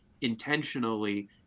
intentionally